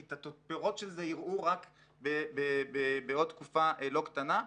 את הפירות של זה יראו רק בעוד תקופה לא קטנה.